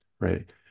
right